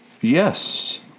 Yes